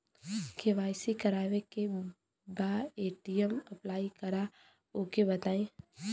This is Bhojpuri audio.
के.वाइ.सी करावे के बा ए.टी.एम अप्लाई करा ओके बताई?